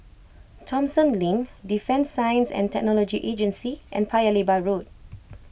Thomson Lane Defence Science and Technology Agency and Paya Lebar Road